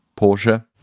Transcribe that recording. Porsche